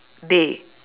day